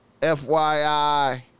FYI